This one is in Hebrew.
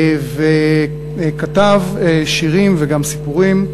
וכתב שירים וגם סיפורים.